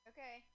Okay